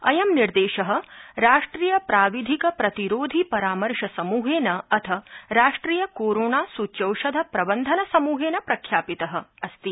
अयं निर्देश राष्ट्रिय प्राविधिक प्रतिरोधि परामर्श समूहेन अथ राष्ट्रिय कोरोना सृच्यौषध प्रबन्धनसमूहेन प्रख्यापित अस्ति